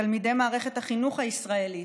תלמידי מערכת החינוך הישראלית.